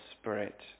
spirit